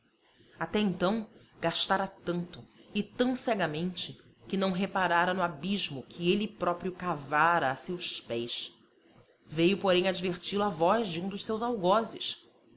até então gastara tanto e tão cegamente que não reparara no abismo que ele próprio cavara a seus pés veio porém adverti lo a voz de um dos seus algozes